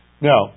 Now